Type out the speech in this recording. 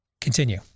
Continue